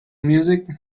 music